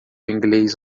inglês